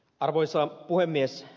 arvoisa puhemies